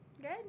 Good